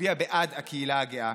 להצביע בעד הקהילה הגאה.